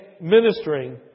ministering